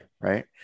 Right